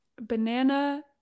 banana